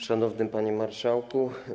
Szanowny Panie Marszałku!